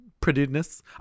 prettiness